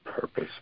purpose